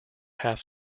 half